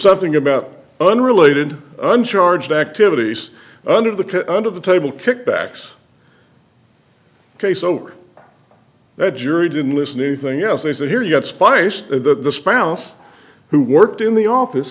something about unrelated uncharged activities under the under the table kickbacks case over that jury didn't listen anything else they said here yet spice the spouse who worked in the office